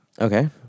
Okay